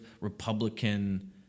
Republican